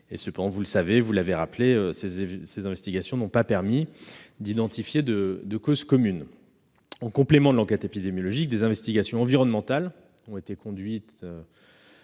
... Cependant, vous le savez, ces investigations n'ont pas permis d'identifier de cause commune. En complément de l'enquête épidémiologique, des investigations environnementales ont été conduites